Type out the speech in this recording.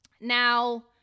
Now